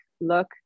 look